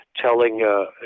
telling